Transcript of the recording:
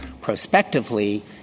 prospectively